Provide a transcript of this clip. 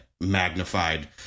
magnified